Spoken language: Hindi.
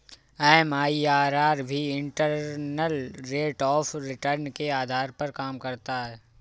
एम.आई.आर.आर भी इंटरनल रेट ऑफ़ रिटर्न के आधार पर काम करता है